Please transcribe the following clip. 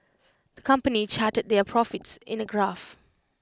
the company charted their profits in A graph